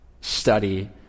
study